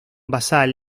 basal